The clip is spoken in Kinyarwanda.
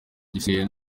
igisigaye